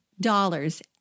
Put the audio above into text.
dollars